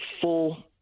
full